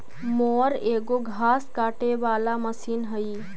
mower एगो घास काटे वाला मशीन हई